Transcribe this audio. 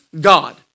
God